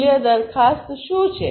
મૂલ્ય દરખાસ્ત શું છે